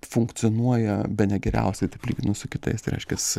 funkcionuoja bene geriausiai taip lyginus su kitais tai reiškias